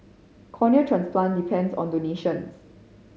cornea transplant depends on donations